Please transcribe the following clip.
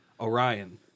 Orion